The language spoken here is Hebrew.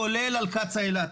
כולל על קצא"א אילת,